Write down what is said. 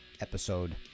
episode